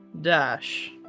Dash